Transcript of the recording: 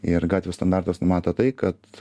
ir gatvių standartas numato tai kad